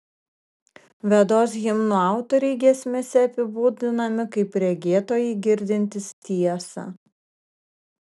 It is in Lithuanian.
vedos himnų autoriai giesmėse apibūdinami kaip regėtojai girdintys tiesą